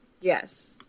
Yes